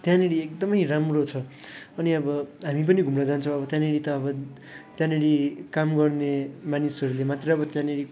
त्यहाँनिर एकदमै राम्रो छ अनि अब हामी पनि घुम्न जान्छौँ अब त्यहाँनिर त त्यहाँनिर काम गर्ने मानिसहरूले मात्र अब त्यहाँनिर